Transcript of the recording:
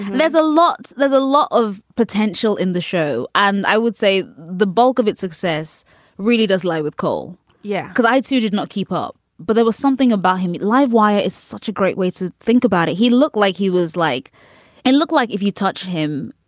there's a lot there's a lot of potential in the show. and i would say the bulk of its success really does lie with coal. yeah, because i'd. you did not keep up. but there was something about him. livewire is such a great way to think about it. he looked like he was like and look like if you touch him,